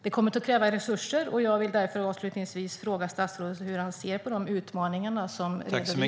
Det kommer att kräva resurser, och jag vill därför avslutningsvis fråga statsrådet hur han ser på de utmaningar som redovisas.